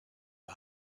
her